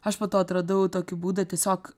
aš po to atradau tokį būdą tiesiog